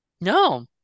No